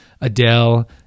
Adele